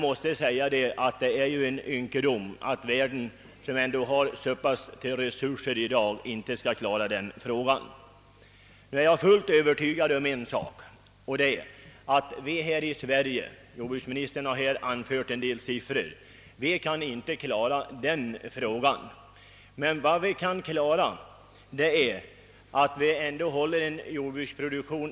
Men det är en ynkedom att världens länder, som i dag har så väldiga resurser, inte skall kunna lyckas med detta. Jag är fullt övertygad om att vi här i Sverige — jordbruksministern har anfört en del siffror — inte kan klara världens jordbruksproduktion.